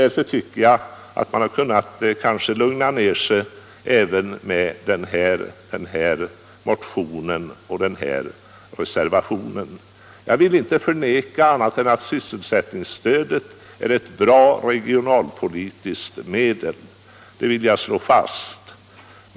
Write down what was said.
Därför tycker jag att man hade kunnat lugna sig även med motionen nu. Jag vill inte förneka att sysselsättningsstödet är ett bra regionalpolitiskt medel, tvärtom vill jag slå fast detta.